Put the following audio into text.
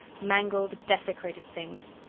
mangled, desecrated things!